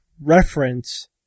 reference